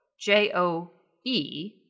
J-O-E